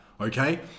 Okay